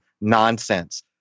nonsense